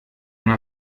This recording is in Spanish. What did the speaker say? una